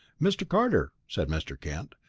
mr. carter, said mr. kent,